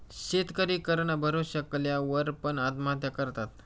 शेतकरी कर न भरू शकल्या वर पण, आत्महत्या करतात